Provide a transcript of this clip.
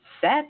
set